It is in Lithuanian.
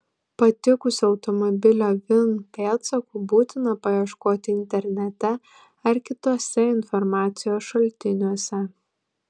patikusio automobilio vin pėdsakų būtina paieškoti internete ar kituose informacijos šaltiniuose